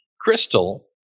Crystal